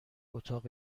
اتاق